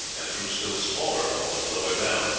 and through still smaller holes lower down,